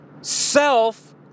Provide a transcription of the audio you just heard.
self